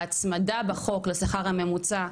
ההצמדה בחוק לשכר הממוצע,